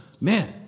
Man